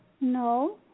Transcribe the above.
No